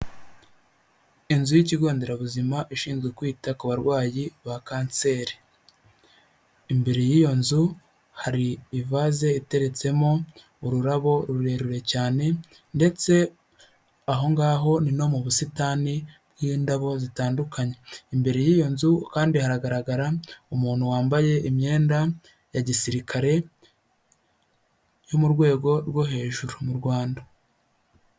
Inzu y'ikigo nderabuzima ishinzwe kwita ku barwayi ba kanseri, imbere y'iyo nzu hari ivaze iteretsemo ururabo rurerure cyane ndetse aho ngaho ni no mu busitani bw'indabo zitandukanye, imbere y'iyo nzu kandi haragaragara umuntu wambaye imyenda ya gisirikare yo mu rwego rwo hejuru mu rwanda.